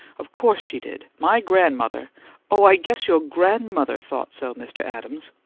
of course she did. my grandmother oh, i guess your grandmother thought so, mr. adams!